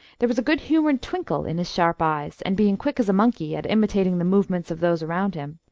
there was a good-humoured twinkle in his sharp eyes, and being quick as a monkey at imitating the movements of those around him,